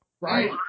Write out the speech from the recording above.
right